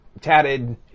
tatted